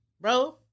bro